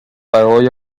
برای